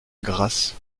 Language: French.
grasse